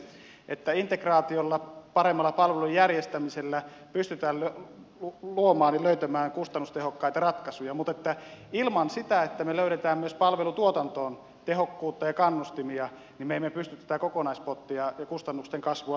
täällä on tullut hyvin esille että integraatiolla paremmalla palvelujen järjestämisellä pystytään luomaan ja löytämään kustannustehokkaita ratkaisuja mutta ilman sitä että me löydämme myös palvelutuotantoon tehokkuutta ja kannustimia me emme pysty tätä kokonaispottia ja kustannusten kasvua hillitsemään